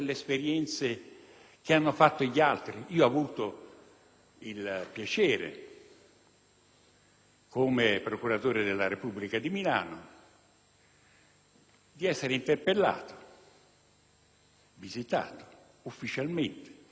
come procuratore della Repubblica di Milano, di essere interpellato e visitato ufficialmente dal Capo dell'ufficio immigrazione degli Stati Uniti d'America.